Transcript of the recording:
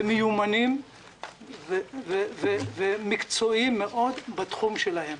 מיומנים ומקצועיים מאוד בתחום שלהם.